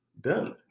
done